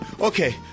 Okay